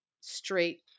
straight